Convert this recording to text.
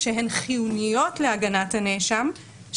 יש פה צד אחד של מה מועיל לנאשם בהגנה על חפותו,